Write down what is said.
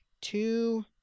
two